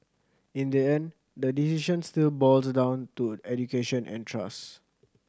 in the end the decision still boils down to education and trust